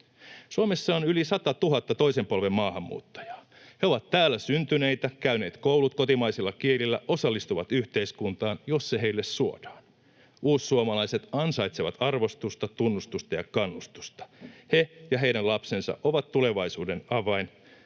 Suomessa on yli 100 000 toisen polven maahanmuuttajaa. He ovat täällä syntyneitä, käyneet koulut kotimaisilla kielillä, osallistuvat yhteiskuntaan, jos se heille suodaan. Uussuomalaiset ansaitsevat arvostusta, tunnustusta ja kannustusta. He ja heidän lapsensa ovat tulevaisuuden avain,